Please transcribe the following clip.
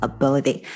Ability